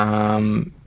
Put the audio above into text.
um,